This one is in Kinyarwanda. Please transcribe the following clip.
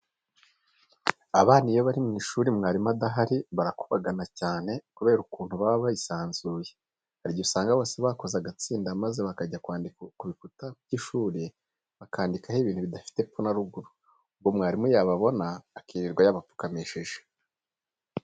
Abana iyo bari mu ishuri mwarimu adahari barakubagana cyane kubera ukuntu baba bisanzuye. Hari igihe usanga bose bakoze agatsinda maze bakajya kwandika ku bikuta by'ishuri, bakandikaho ibintu bidafite epfo na ruguru, ubwo mwarimu yababona akirirwa yabapfukamishije.